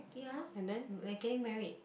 ya we are getting married